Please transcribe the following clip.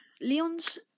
leon's